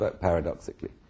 paradoxically